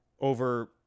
over